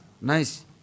nice